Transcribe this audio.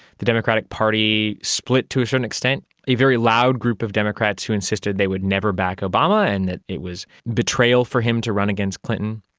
the democratic party split to a certain extent, a very loud group of democrats who insisted they would never back obama and that it was betrayal for him to run against clinton.